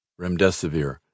remdesivir